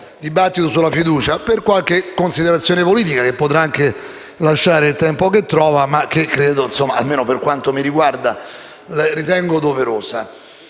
dibattito sulla fiducia per qualche considerazione politica che potrà anche lasciare il tempo che trova, ma che, almeno per quanto riguarda, ritengo doverosa.